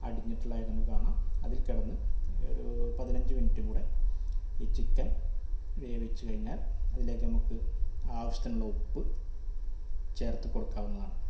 അടിഞ്ഞിട്ടുള്ളതായി നമുക്ക് കാണാം അതിൽ കിടന്ന് ഒരു പതിനഞ്ച് മിനിറ്റും കൂടെ ഈ ചിക്കൻ വേവിച്ച് കഴിഞ്ഞാൽ അതിലേക്ക് നമുക്ക് ആവശ്യത്തിനുള്ള ഉപ്പ് ചേർത്ത് കൊടുക്കാവുന്നതാണ്